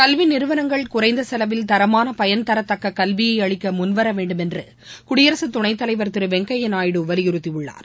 கல்விநிறுவனங்கள் குறைந்தசெலவில் தரமானபயன்தரத்தக்ககல்வியைஅளிக்கமுன்வரவேண்டும் குடியரசுத்துணைத்தலைவர் திருவெங்கய்யாநாயுடு வலியுறுத்தியுள்ளார்